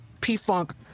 P-Funk